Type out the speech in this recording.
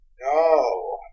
no